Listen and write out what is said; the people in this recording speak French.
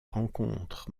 rencontre